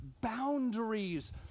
boundaries